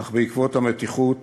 אך בעקבות המתיחות